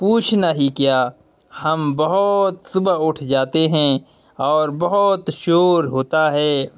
پوچھنا ہی کیا ہم بہت صبح اٹھ جاتے ہیں اور بہت شور ہوتا ہے